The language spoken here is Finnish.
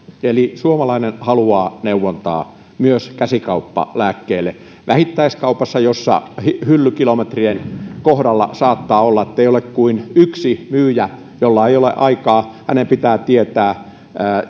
eli suomalainen haluaa neuvontaa myös käsikauppalääkkeille vähittäiskaupassa hyllykilometrien kohdalla saattaa olla ettei ole kuin yksi myyjä eikä hänellä ole aikaa hänen pitää tietää